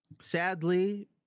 Sadly